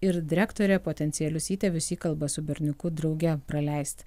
ir direktorė potencialius įtėvius įkalba su berniuku drauge praleisti